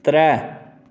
त्रै